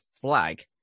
flag